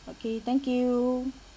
okay thank you